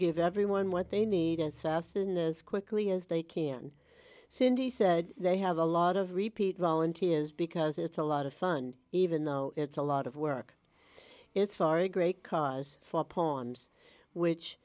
give everyone what they need as fasten as quickly as they can cindy said they have a lot of repeat volunteers because it's a lot of fun even though it's a lot of work it's for a great cause for poms which